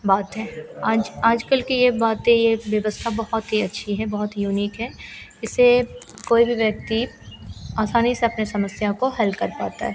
बात है आज आजकल की यह बातें यह व्यवस्था बहुत ही अच्छी हैं बहुत यूनीक हैं इससे कोई भी व्यक्ति आसानी से अपनी समस्याओं को हल कर पाता है